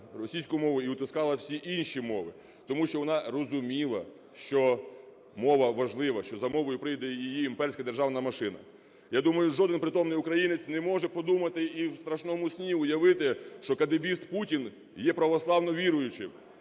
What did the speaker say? російську мову, і утискала всі інші мови. Тому що вона розуміла, що мова важлива, що за мовою прийде її імперська державна машина. Я думаю, жоден притомний українець не може подумати і в страшному сні уявити, що кадебіст Путін є православно віруючим